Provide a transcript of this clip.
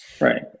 Right